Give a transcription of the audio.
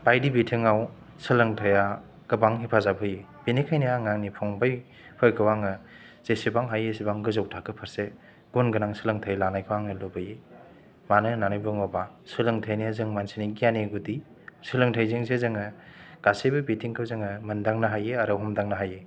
बायदि बिथिङाव सोलोंथाइया गोबां हेफाजाब होयो बेनिखायनो आं आंनि फंबायफोरखौ आङो जेसेबां हायो एसेबां गोजौ थाखो फारसे गुन गोनां सोलोंथाइ लानायखौ आं लुबैयो मानो होन्नानै बुङोबा सोलोंथाइयानो जों मानसिनि गुदि सोलोंथाइ जोंसो जों गासिबो बिथिंखौ जों मोनदांनो हायो आरो हमदांनो हायो